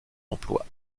emploi